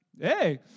Hey